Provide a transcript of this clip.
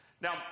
Now